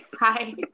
Hi